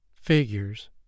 Figures